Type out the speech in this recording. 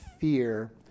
fear